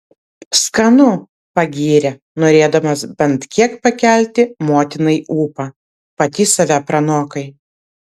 skanu pagyrė norėdamas bent kiek pakelti motinai ūpą pati save pranokai